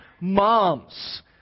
moms